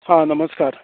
हां नमस्कार